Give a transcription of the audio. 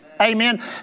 Amen